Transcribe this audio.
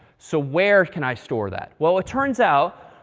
so where can i store that? well, it turns out,